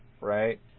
right